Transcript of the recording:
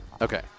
Okay